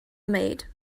maid